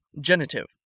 Genitive